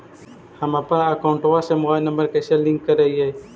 हमपन अकौउतवा से मोबाईल नंबर कैसे लिंक करैइय?